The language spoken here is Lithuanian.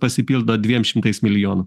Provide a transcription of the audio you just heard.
pasipildo dviem šimtais milijonų